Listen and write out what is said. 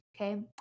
okay